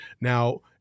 Now